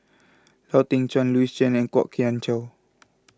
Lau Teng Chuan Louis Chen and Kwok Kian Chow